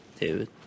David